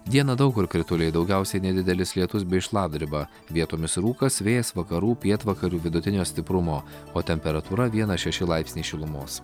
dieną daug kur krituliai daugiausiai nedidelis lietus bei šlapdriba vietomis rūkas vėjas vakarų pietvakarių vidutinio stiprumo o temperatūra vienas šeši laipsniai šilumos